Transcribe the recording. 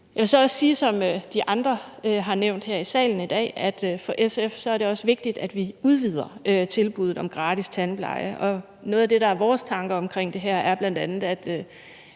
Jeg vil så også sige, som de andre har nævnt her i salen i dag, at det for SF også er vigtigt, at vi udvider tilbuddet om gratis tandpleje. Noget af det, der er vores tanke omkring det her, er bl.a., at